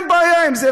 אין בעיה עם זה,